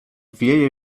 wieje